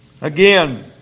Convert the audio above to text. Again